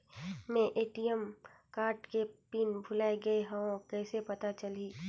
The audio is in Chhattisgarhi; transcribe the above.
मैं ए.टी.एम कारड के पिन भुलाए गे हववं कइसे पता चलही?